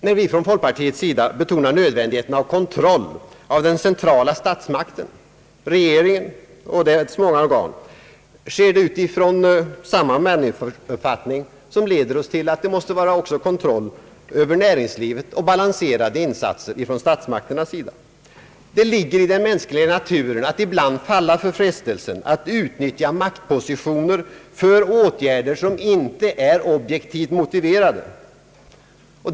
När vi från folkpartiets sida betonar nödvändigheten av kontroll över den centrala statsmakten, regeringen och dess många organ, sker det utifrån samma människouppfattning som leder oss till att kräva kontroll över näringslivet och balanserade insatser. Det ligger i den mänskliga naturen att ibland falla för frestelsen att utnyttja maktpositioner för åtgärder som inte är objektivt motiverade.